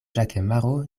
ĵakemaro